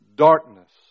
Darkness